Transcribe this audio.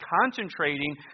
concentrating